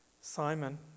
Simon